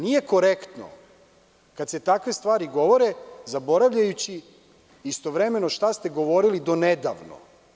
Nije korektno kada se takve stvari govore zaboravljajući istovremeno šta ste govorili do nedavno.